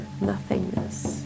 nothingness